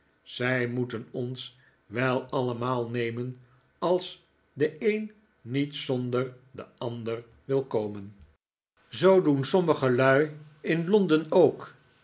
zij moeten ons wel allemaal nemen als de een niet zonder den ander wil komen zoo doen sommige lui in nikolaas verhaast zijn vertrek londen ook